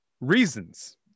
reasons